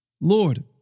Lord